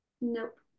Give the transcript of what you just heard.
Nope